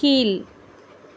கீழ்